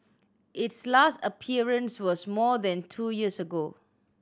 its last appearance was more than two years ago